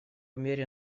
мере